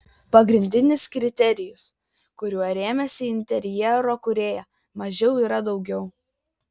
pagrindinis kriterijus kuriuo rėmėsi interjero kūrėja mažiau yra daugiau